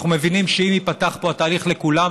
אנחנו מבינים שאם ייפתח פה התהליך לכולם,